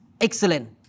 Excellent